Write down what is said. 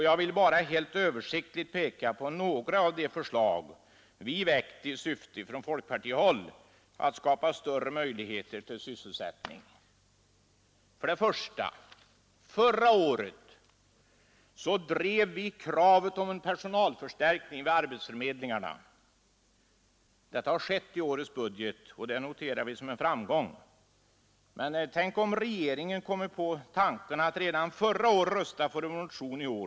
Jag vill bara helt översiktligt peka på några av de förslag vi väckt från folkpartihåll i syfte att skapa större möjligheter till sysselsättning. Förra året drev vi kravet om en personalförstärkning vid arbetsförmedlingarna. Detta har tagits med i årets budget, och det noterar vi som en framgång. Men tänk om regeringen kommit på denna goda tanke redan förra året och röstat för vår motion då!